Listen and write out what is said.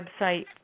website